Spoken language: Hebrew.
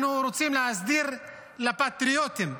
אנחנו רוצים להסדיר לפטריוטים.